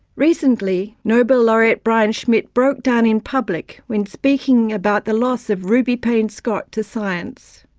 recently nobel laureate brian schmidt broke down in public when speaking about the loss of ruby payne-scott to science.